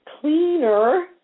cleaner